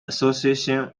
association